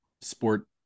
sport